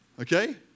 Okay